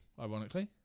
ironically